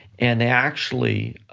and they actually